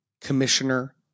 Commissioner